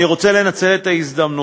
אני רוצה לנצל את ההזדמנות